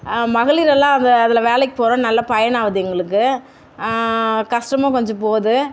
மகளிர் எல்லாம் அந்த அதில் வேலைக்கு போகிறோம் நல்ல பயன் ஆகுது எங்களுக்குக் கஷ்டமும் கொஞ்சம் போது